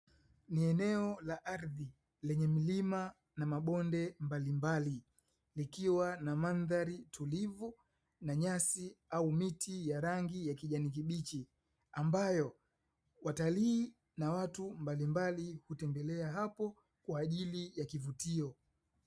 Ni eneo la ardhi, lenye milima na mabonde mbalimbali, likiwa na madhari tulivu na nyasi au miti ya rangi ya kijani kibichi, ambayo watalii na watu mbalimbali hutembelea hapo kwa ajili ya kivutio.